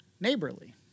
neighborly